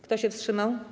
Kto się wstrzymał?